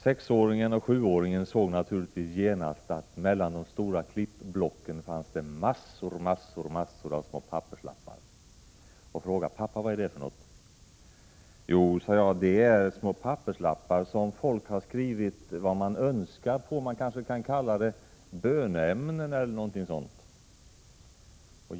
Sexåringen och sjuåringen såg naturligtvis genast att mellan de stora klippblocken fanns massor med små papperslappar, och de frågade: ”Pappa, vad är det för något?” Jag svarade att det var små papperslappar där folk har skrivit vad de önskar. Man kanske kan kalla det böneämnen eller något sådant.